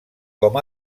com